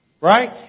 Right